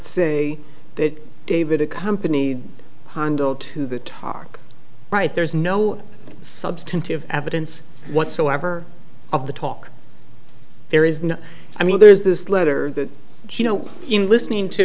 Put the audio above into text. say that david accompanied hondo to the tar right there's no substantive evidence whatsoever of the talk there is no i mean there's this letter that she know in listening to